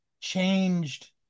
changed